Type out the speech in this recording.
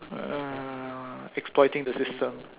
uh exploiting the system uh